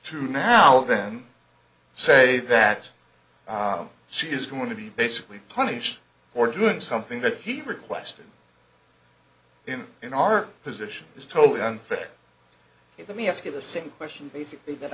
to now then say that she is going to be basically punished for doing something that he requested in in our position is totally unfair to the me ask you the same question basically